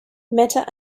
meta